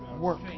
Work